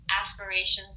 aspirations